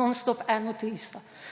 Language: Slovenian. Nonstop eno in isto.